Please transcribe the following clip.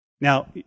Now